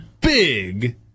big